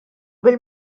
bil